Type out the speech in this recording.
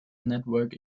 network